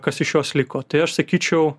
kas iš jos liko tai aš sakyčiau